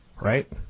right